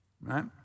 right